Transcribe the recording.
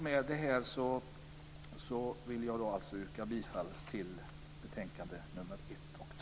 Med det här vill jag yrka bifall till hemställan i betänkande nr 1 och 2.